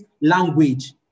language